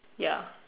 ya